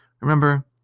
Remember